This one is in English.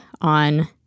on